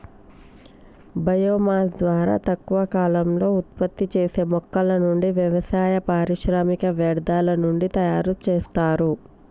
bio mass ద్వారా తక్కువ కాలంలో ఉత్పత్తి చేసే మొక్కల నుండి, వ్యవసాయ, పారిశ్రామిక వ్యర్థాల నుండి తయరు చేస్తారు